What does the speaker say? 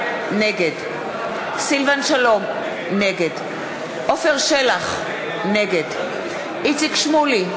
נגד סילבן שלום, נגד עפר שלח, נגד איציק שמולי,